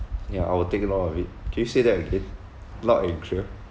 ya I will take note of it can you say that again loud and clear